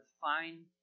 fine